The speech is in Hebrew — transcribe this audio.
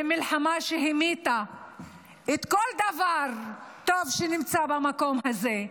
במלחמה שהמיתה כל דבר טוב שנמצא במקום הזה,